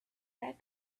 had